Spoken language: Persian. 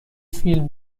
فیلم